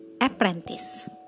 Apprentice